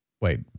Wait